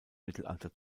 mittelalter